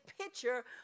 picture